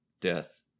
death